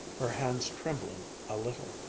her hands trembling a little.